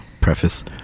preface